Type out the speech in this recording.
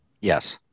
Yes